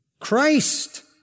Christ